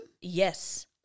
Yes